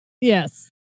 Yes